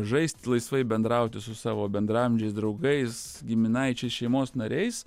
žaisti laisvai bendrauti su savo bendraamžiais draugais giminaičiais šeimos nariais